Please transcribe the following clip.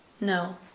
No